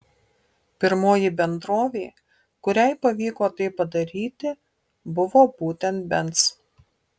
pirmoji bendrovė kuriai pavyko tai padaryti buvo būtent benz